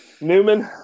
Newman